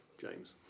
James